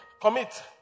Commit